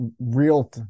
real